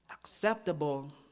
acceptable